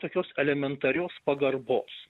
tokios elementarios pagarbos